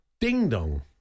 ding-dong